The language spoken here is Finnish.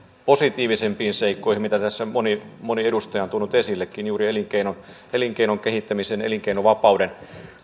positiivisempiin seikkoihin mitä tässä moni moni edustaja on tuonut esillekin juuri elinkeinon elinkeinon kehittämisen elinkeinovapauden